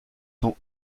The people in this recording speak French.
tant